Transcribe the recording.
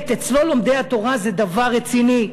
באמת, אצלו לומדי התורה זה דבר רציני.